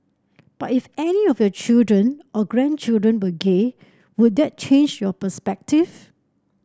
but if any of your children or grandchildren were gay would that change your perspective